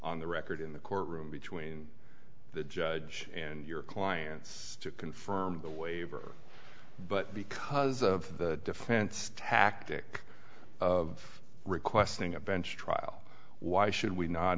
on the record in the courtroom between the judge and your clients to confirm the waiver but because of the defense tactic of requesting a bench trial why should we not